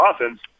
offense